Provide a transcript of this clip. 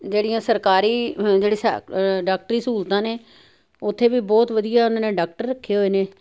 ਜਿਹੜੀਆਂ ਸਰਕਾਰੀ ਜਿਹੜੀ ਡਾਕਟਰੀ ਸਹੂਲਤਾਂ ਨੇ ਓਥੇ ਵੀ ਬਹੁਤ ਵਧੀਆ ਓਨਾਂ ਨੇ ਡਾਕਟਰ ਰੱਖੇ ਹੋਏ ਨੇ